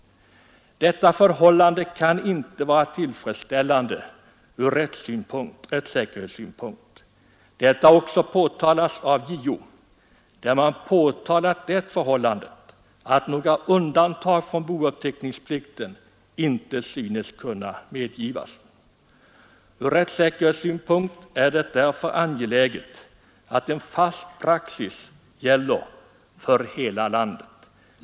Detta förhållande kan inte vara tillfredsställande ur rättssäkerhetssynpunkt. Det har också påtalats av JO, som framhållit att några undantag från bouppteckningsplikten inte synes kunna medgivas. Ur rättssäkerhetssynpunkt är det angeläget att en fast praxis gäller för hela landet.